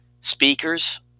speakers